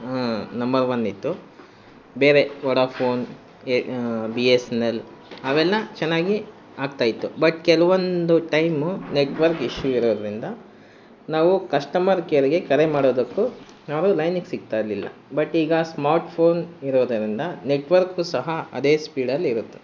number one ಇತ್ತು ಬೇರೆ Vodafone ಎ ಬಿ ಎಸ್ ಎನ್ ಎಲ್ ಅವೆಲ್ಲ ಚೆನ್ನಾಗಿ ಆಗ್ತಾ ಇತ್ತು ಬಟ್ ಕೆಲವೊಂದು ಟೈಮು ನೆಟ್ವರ್ಕ್ ಇಶ್ಯೂ ಇರೋದರಿಂದ ನಾವು ಕಸ್ಟಮರ್ ಕೇರ್ಗೆ ಕರೆ ಮಾಡೋದಕ್ಕೂ ಅವರು ಲೈನಿಗೆ ಸಿಗ್ತಾ ಇರಲಿಲ್ಲ ಬಟ್ ಈಗ ಸ್ಮಾರ್ಟ್ ಫೋನ್ ಇರೋದರಿಂದ ನೆಟ್ವರ್ಕು ಸಹ ಅದೇ ಸ್ಪೀಡಲ್ಲಿ ಇರುತ್ತೆ